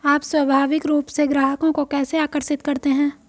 आप स्वाभाविक रूप से ग्राहकों को कैसे आकर्षित करते हैं?